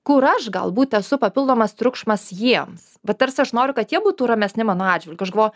kur aš galbūt esu papildomas triukšmas jiems va tarsi aš noriu kad jie būtų ramesni mano atžvilgiu aš galvoju